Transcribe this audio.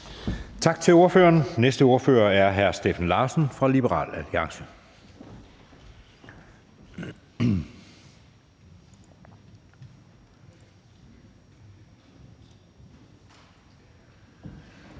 Tak til ordføreren. Næste ordfører er hr. Steffen Larsen fra Liberal Alliance. Kl.